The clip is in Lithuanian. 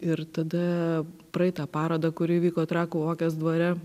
ir tada praeitą parodą kuri vyko trakų vokės dvare